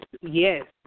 yes